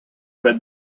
been